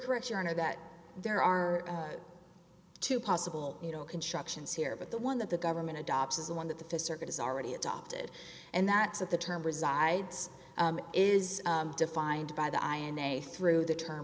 correct your honor that there are two possible you know constructions here but the one that the government adopts is the one that the th circuit is already adopted and that's what the term resides is defined by the i and a through the term